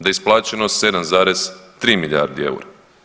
Da je isplaćeno 7,3 milijardi eura.